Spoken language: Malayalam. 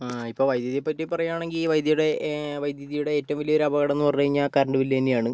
ഇപ്പോൾ വൈദ്യുതിയെ പറ്റി പറയുവാണെങ്കിൽ വൈദ്യുതിയുടെ വൈദ്യുതിയുടെ ഏറ്റവും വലിയ ഒരു അപകടമെന്നു പറഞ്ഞു കഴിഞ്ഞാൽ കറണ്ട് ബില്ല് തന്നെയാണ്